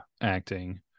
acting